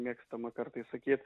mėgstama kartais sakyt